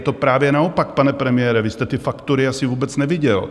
Je to právě naopak, pane premiére, vy jste ty faktury asi vůbec neviděl.